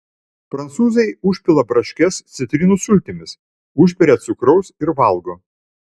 prancūzai užpila braškes citrinų sultimis užberia cukraus ir valgo